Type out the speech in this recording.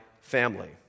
family